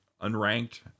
unranked